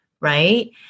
right